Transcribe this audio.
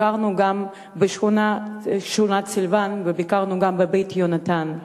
ביקרנו גם בשכונת סילואן וביקרנו גם ב"בית יהונתן".